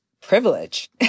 privilege